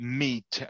meet